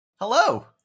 Hello